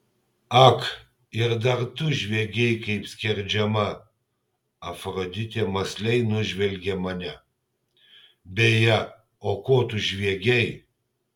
ak ir dar tu žviegei kaip skerdžiama afroditė mąsliai nužvelgė mane beje o ko tu žviegei